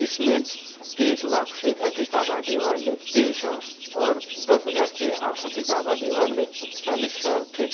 इसमें एक लाख से अधिक आबादी वाले तीन शहर और दस हज़ार से अधिक आबादी वाले चालीस शहर थे